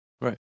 right